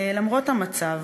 למרות המצב.